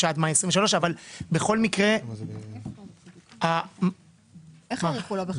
אבל בכל מקרה ה --- איך האריכו לא בחקיקה?